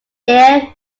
air